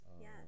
Yes